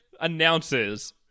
announces